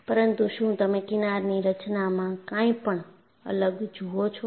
પરંતુ શું તમે કિનારની રચનામાં કાંઇપણ અલગ જુઓ છો